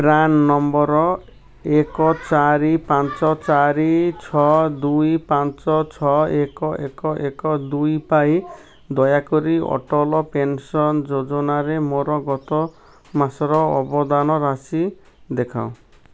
PRAN number ଏକ ଚାରି ପାଞ୍ଚ ଚାରି ଛଅ ଦୁଇ ପାଞ୍ଚ ଛଅ ଏକ ଏକ ଏକ ଦୁଇ ପାଇଁ ଦୟାକରି ଅଟଳ ପେନ୍ସନ୍ ଯୋଜନାରେ ମୋର ଗତ ମାସର ଅବଦାନ ରାଶି ଦେଖାଅ